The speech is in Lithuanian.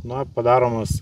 na padaromos